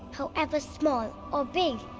however small or big,